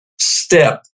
step